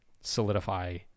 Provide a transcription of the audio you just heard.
solidify